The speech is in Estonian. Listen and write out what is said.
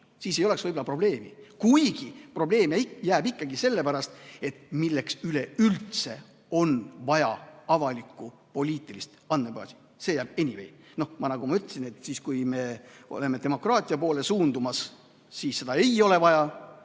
siis ei oleks võib-olla probleemi, kuigi probleem jääb ikkagi sellepärast, et milleks üleüldse on vaja avalikku poliitilist andmebaasi. See jääbanyway. Nagu ma ütlesin, kui me oleme demokraatia poole suundumas, siis seda ei ole vaja,